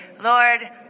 Lord